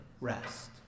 rest